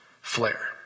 flare